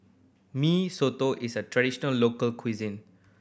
Mee Soto is a traditional local cuisine